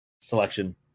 selection